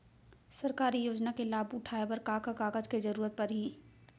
सरकारी योजना के लाभ उठाए बर का का कागज के जरूरत परही